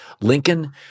Lincoln